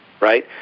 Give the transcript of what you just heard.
right